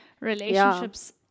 relationships